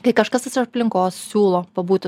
kai kažkas iš aplinkos siūlo pabūti